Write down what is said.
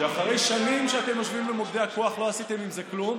שאחרי שנים שאתם יושבים במוקדי הכוח לא עשיתם עם זה כלום,